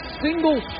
single